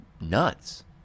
nuts